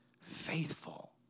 faithful